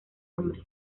hombres